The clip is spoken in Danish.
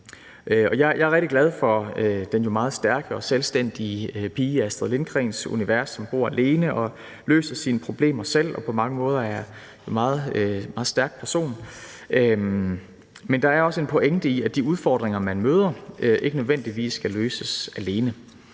jeg er rigtig glad for den meget stærke og selvstændige pige i Astrid Lindgrens univers, som bor alene og løser sine problemer selv og på mange måder er en meget stærk person, men der er også en pointe i, at de udfordringer, man møder, skal man ikke nødvendigvis løse alene,